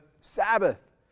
Sabbath